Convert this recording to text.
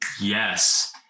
yes